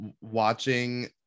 watching